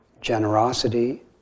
generosity